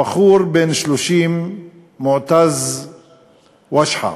הבחור בן 30, מועתז ושחה,